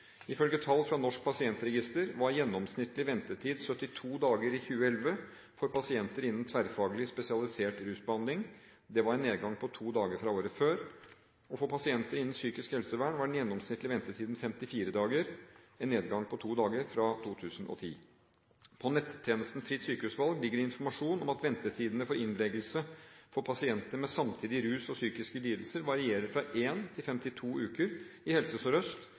Ifølge tall fra Norsk pasientregister var gjennomsnittlig ventetid 72 dager i 2011 for pasienter innen tverrfaglig spesialisert rusbehandling. Det er en nedgang på to dager fra året før. For pasienter innen psykisk helsevern var den gjennomsnittlige ventetiden 54 dager, en nedgang på to dager fra 2010. På nettjenesten Fritt Sykehusvalg ligger informasjon om at ventetiden for innleggelse for pasienter med samtidig ruslidelse og psykisk lidelse varierer fra 1 uke til 52 uker i Helse